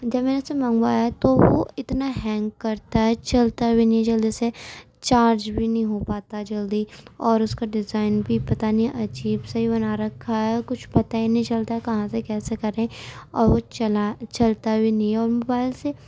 جب میں نے اسے منگوایا تو وہ اتنا ہینگ کرتا ہے چلتا بھی نہیں جلدی سے چارج بھی نہیں ہو پاتا جلدی اور اس کا ڈیزائن بھی پتا نہیں عجیب سا ہی بنا رکھا ہے کچھ پتا ہی نہیں چلتا کہاں سے کیسے کریں اور وہ چلا چلتا بھی نہیں ہے وہ موبائل سے